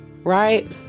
right